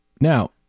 Now